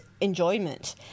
enjoyment